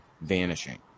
vanishing